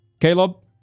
Caleb